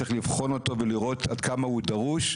צריך לבחון אותו ולראות עד כמה הוא דרוש,